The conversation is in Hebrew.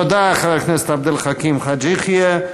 תודה לחבר הכנסת עבד אל חכים חאג' יחיא.